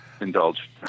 indulge